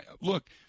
look